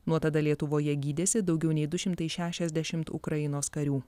nuo tada lietuvoje gydėsi daugiau nei du šimtai šešiasdešimt ukrainos karių